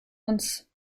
uns